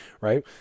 right